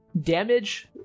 damage